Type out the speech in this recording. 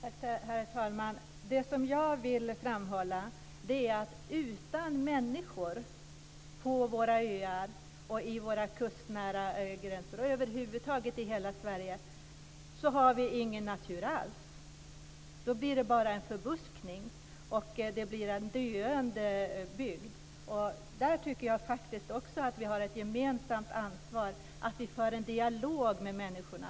Herr talman! Det som jag vill framhålla är att utan människor på våra öar och i våra kustnära områden - ja, över huvud taget i hela Sverige - har vi ingen natur alls. Då blir det bara förbuskning och en döende bygd. Där har vi ett gemensamt ansvar för att föra en dialog med människorna.